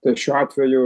tai šiuo atveju